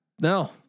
No